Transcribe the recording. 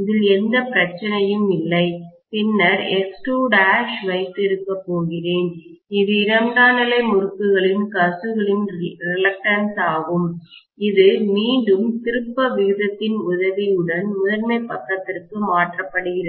இதில் எந்த பிரச்சனையும் இல்லை பின்னர் X2' வைத்து இருக்கப்போகிறேன் இது இரண்டாம் நிலை முறுக்குகளின் கசிவுவின் ரிலக்டன்ஸ் ஆகும் இது மீண்டும் திருப்ப விகிதத்தின் உதவியுடன் முதன்மை பக்கத்திற்கு மாற்றப்படுகிறது